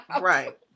right